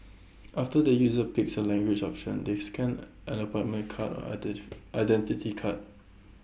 after the user picks A language option they scan an appointment card or Identity Card